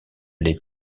les